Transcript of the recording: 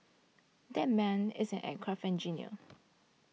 that man is an aircraft engineer